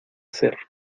ser